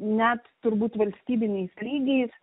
net turbūt valstybiniais lygiais